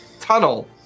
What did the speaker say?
tunnel